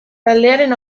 taldearen